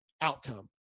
outcome